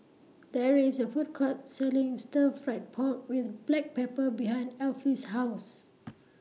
There IS A Food Court Selling Stir Fry Pork with Black Pepper behind Alfie's House